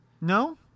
No